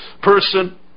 person